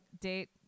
Date